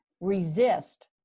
resist